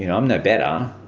you know i'm no better,